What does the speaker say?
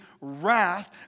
wrath